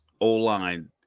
O-line